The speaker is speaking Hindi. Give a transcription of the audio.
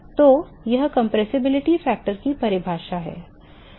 तो यह संपीड़ितता कारक की परिभाषा है